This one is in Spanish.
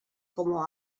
como